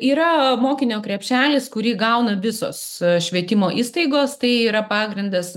yra mokinio krepšelis kurį gauna visos švietimo įstaigos tai yra pagrindas